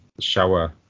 shower